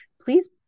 please